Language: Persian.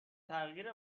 تغییر